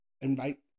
invite